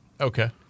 Okay